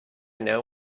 know